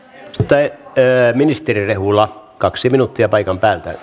ministeri rehula kaksi minuuttia paikan päältä